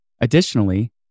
Additionally